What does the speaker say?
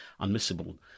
unmissable